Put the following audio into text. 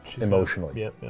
Emotionally